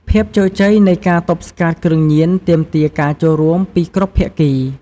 ភាពជោគជ័យនៃការទប់ស្កាត់គ្រឿងញៀនទាមទារការចូលរួម ពីគ្រប់ភាគី។